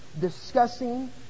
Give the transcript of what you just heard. discussing